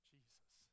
Jesus